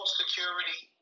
security